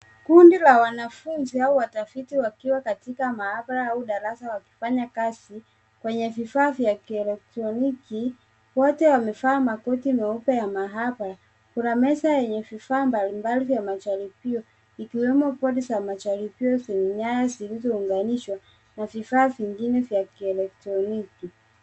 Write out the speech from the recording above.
Kundi la wanafunzi au watafiti wakiwa katika maabara au darasa wakifanya kazi kwenye vifaa vya kielektroniki. Wote wamevaa makoti meupe ya maabara. Juna meza yenye vifaa mbali mbali vya majaribio, ikiwemo bodi za majaribio zenye nyaya zilizounganishwa na vifaa vingine vya kielektroniki.